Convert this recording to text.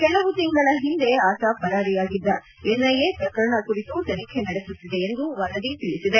ಕೆಲವು ತಿಂಗಳ ಹಿಂದೆ ಆತ ಪರಾರಿಯಾಗಿದ್ದ ಎನ್ಐಎ ಪ್ರಕರಣ ಕುರಿತು ತನಿಖೆ ನಡೆಸುತ್ತಿದೆ ಎಂದು ವರದಿ ತಿಳಿಸಿದೆ